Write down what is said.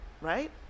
right